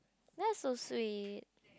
that's so sweet